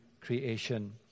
creation